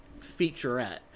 featurette